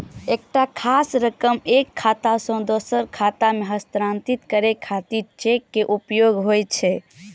एकटा खास रकम एक खाता सं दोसर खाता मे हस्तांतरित करै खातिर चेक के उपयोग होइ छै